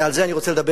ועל זה אני רוצה לדבר,